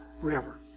river